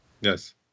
Yes